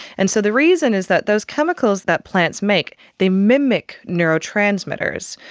and so the reason is that those chemicals that plants make, they mimic neurotransmitters,